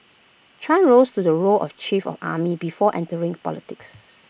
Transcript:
chan rose to the role of chief of army before entering politics